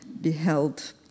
beheld